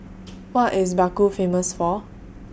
What IS Baku Famous For